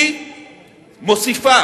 היא מוסיפה